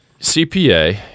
CPA